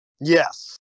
Yes